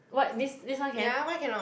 what this this one can